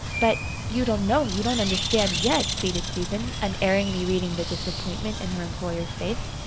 but you don't know you don't understand, yet, pleaded susan, unerringly reading the disappointment in her employer's face.